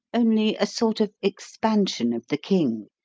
only a sort of expansion of the king,